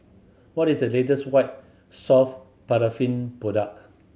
what is the latest White Soft Paraffin product